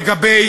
לגבי